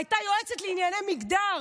הייתה יועצת לענייני מגדר,